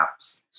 apps